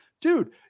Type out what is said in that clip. dude